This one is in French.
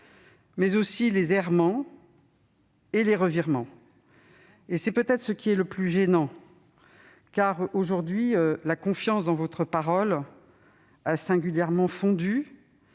faute : les errements et les revirements. C'est peut-être ce qui est le plus gênant, car, aujourd'hui, la confiance dans votre parole a singulièrement fondu.